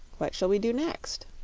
what shall we do next?